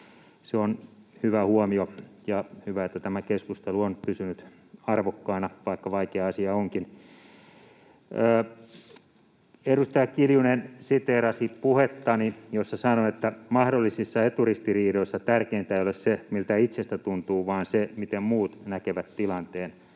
Se on hyvä huomio, ja hyvä, että tämä keskustelu on pysynyt arvokkaana, vaikka vaikea asia onkin. Edustaja Kiljunen siteerasi puhettani, jossa sanoin, että mahdollisissa eturistiriidoissa tärkeintä ei ole se, miltä itsestä tuntuu, vaan se, miten muut näkevät tilanteen.